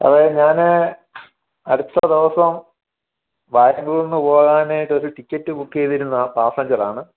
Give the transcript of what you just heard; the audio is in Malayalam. അതേ ഞാൻ അടുത്ത ദിവസം ബാംഗ്ലൂരിൽ നിന്ന് പോകാനായിട്ട് ഒരു ടിക്കറ്റ് ബുക്ക് ചെയ്തിരുന്ന ആ പാസഞ്ചർ ആണ്